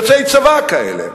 יוצאי צבא כאלה.